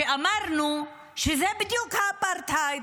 שאמרנו שזה בדיוק האפרטהייד,